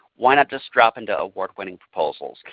why not just drop into award winning proposals?